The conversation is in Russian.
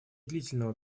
длительного